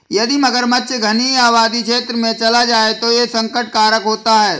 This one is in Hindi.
यदि मगरमच्छ घनी आबादी क्षेत्र में चला जाए तो यह संकट कारक होता है